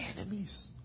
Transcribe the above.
enemies